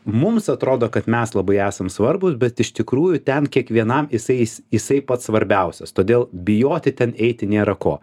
mums atrodo kad mes labai esam svarbūs bet iš tikrųjų ten kiekvienam jisai įs jisai pats svarbiausias todėl bijoti ten eiti nėra ko